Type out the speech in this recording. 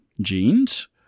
genes